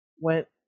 went